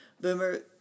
boomer